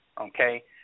okay